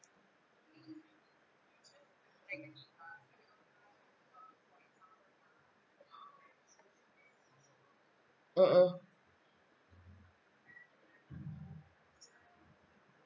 mmhmm